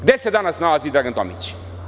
Gde se danas nalazi Dragan Tomić?